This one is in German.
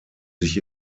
sich